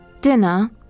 Dinner